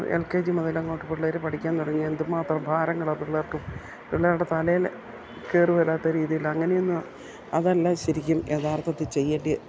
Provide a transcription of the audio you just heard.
L K G മുതൽ അങ്ങോട്ട് പിള്ളേർ പഠിക്കാൻ തുടങ്ങിയാൽ എന്തുമാത്രം ഭാരങ്ങളാണ് പിള്ളേർക്കും പിള്ളേരുടെ തലയിൽ കയറിവരാത്ത രീതിയിൽ അങ്ങനെയൊന്ന് അതല്ല ശരിക്കും യഥാർത്ഥത്തിൽ ചെയ്യേണ്ടത്